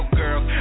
girls